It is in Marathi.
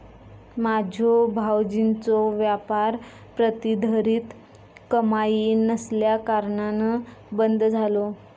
माझ्यो भावजींचो व्यापार प्रतिधरीत कमाई नसल्याकारणान बंद झालो